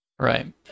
Right